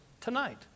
tonight